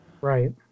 Right